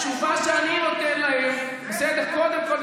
התשובה שאני נותן להם היא שקודם כול,